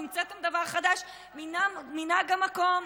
המצאתם דבר חדש, מנהג המקום.